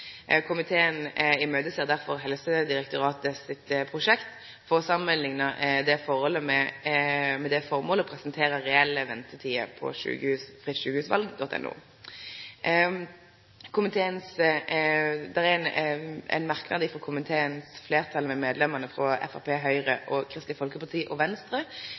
Komiteen ser derfor fram til Helsedirektoratet sitt prosjekt for å samanlikne dette forholdet med det formålet å presentere reelle ventetider på frittsykehusvalg.no. Det er ein merknad i innstillinga frå komiteens fleirtal, medlemene frå Framstegspartiet, Høgre, Kristeleg Folkeparti og Venstre,